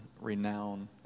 renown